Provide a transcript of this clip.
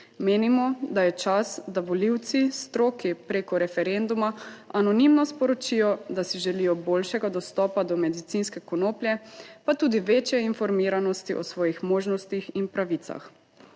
Menimo, da je čas, da volivci stroki preko referenduma anonimno sporočijo, da si želijo boljšega dostopa do medicinske konoplje, pa tudi večje informiranosti o svojih možnostih in pravicah.